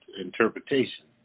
interpretation